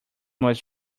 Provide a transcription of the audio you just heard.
was